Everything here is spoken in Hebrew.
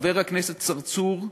חבר הכנסת צרצור,